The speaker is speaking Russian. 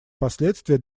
последствия